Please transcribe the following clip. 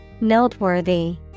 Noteworthy